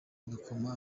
bagakoma